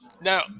Now